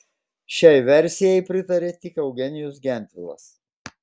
šiai versijai pritarė tik eugenijus gentvilas